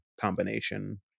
combination